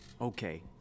Okay